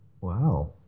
Wow